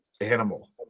animal